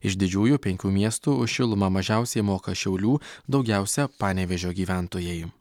iš didžiųjų penkių miestų už šilumą mažiausiai moka šiaulių daugiausia panevėžio gyventojai